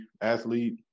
athlete